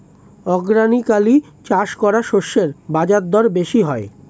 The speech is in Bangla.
অর্গানিকালি চাষ করা শস্যের বাজারদর বেশি হয়